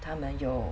他们有